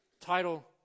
title